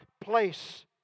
place